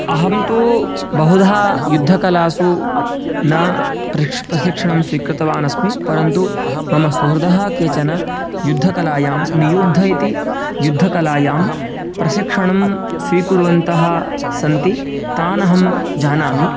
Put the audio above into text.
अहं तु बहुधा युद्धकलासु न प्रशिक्षणं स्वीकृतवान् अस्मि परन्तु मम सुहृदः केचन युद्धकलायां नियुद्धः इति युद्धकलायां प्रशिक्षणं स्वीकुर्वन्तः सन्ति तान् अहं जानामि